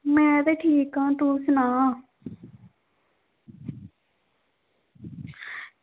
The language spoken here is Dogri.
में ते ठीक आं तू सनाऽ